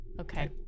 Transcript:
Okay